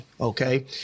okay